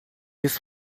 isso